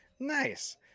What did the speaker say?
Nice